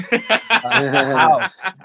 House